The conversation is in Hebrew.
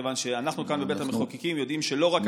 כיוון שאנחנו כאן בבית המחוקקים יודעים שלא רק הטרמינולוגיה,